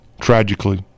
tragically